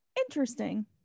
interesting